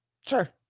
Sure